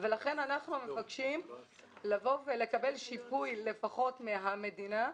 לכן אנחנו מבקשים לקבל שיפוי לפחות מהמדינה,